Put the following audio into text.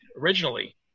originally